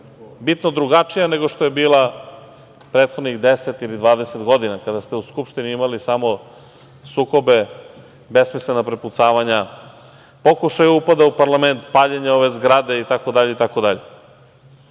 bitno drugačija nego što je bila prethodnih 10 ili 20 godina, kada ste u Skupštini imali samo sukobe, besmislena prepucavanja, pokušaje upada u parlament, paljenje ove zgrade, itd,